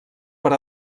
per